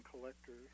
collectors